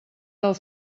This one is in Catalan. del